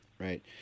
Right